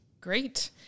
great